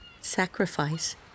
sacrifice